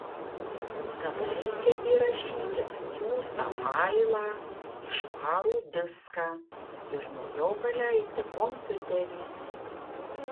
tada reikia įrašyti atsiųstą failą į švarų diską ir nuo jo paleisti kompiuterį